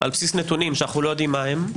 על בסיס נתונים שאנו לא יודעים מהם,